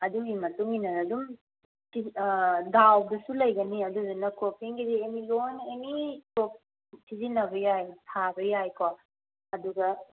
ꯑꯗꯨꯒꯤ ꯃꯇꯨꯡꯏꯟꯅ ꯑꯗꯨꯝ ꯗꯥꯎꯗꯁꯨ ꯂꯩꯒꯅꯤ ꯑꯗꯨꯗꯨꯅ ꯀ꯭ꯔꯣꯞꯄꯤꯡꯒꯤꯗꯤ ꯑꯦꯅꯤ ꯂꯣꯏꯅ ꯑꯦꯅꯤ ꯀ꯭ꯔꯣꯞ ꯁꯤꯖꯤꯟꯅꯕ ꯌꯥꯏ ꯊꯥꯕ ꯌꯥꯏꯀꯣ ꯑꯗꯨꯒ